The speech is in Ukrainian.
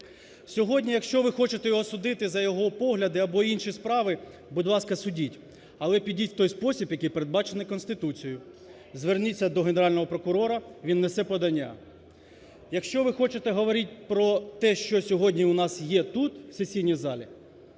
Сьогодні, якщо ви хочете його судити за його погляди або інші справи, будь ласка, судіть, але підіть у той спосіб, який передбачений Конституцією, зверніться до Генерального прокурора, він внесе подання. Якщо ви хочете говорити про те, що сьогодні у нас є тут, в сесійній залі,